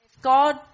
God